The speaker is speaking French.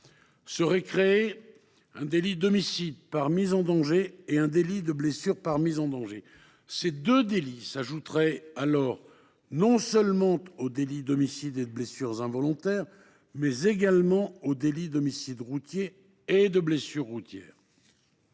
seraient créés un délit d’homicide par mise en danger et un délit de blessures par mise en danger. C’est génial ! Ces deux délits s’ajouteraient alors non seulement aux délits d’homicide et de blessures involontaires, mais également aux délits d’homicide routier et de blessures routières.